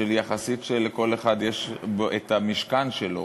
שיחסית לכל אחד יש המשכן שלו